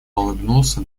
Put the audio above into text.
улыбнулся